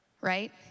right